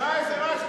שמע איזה רעש בחוץ.